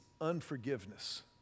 unforgiveness